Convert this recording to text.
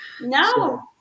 No